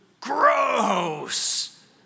Gross